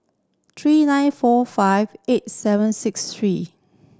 three nine four five eight seven six three